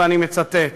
ואני מצטט: